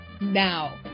now